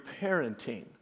parenting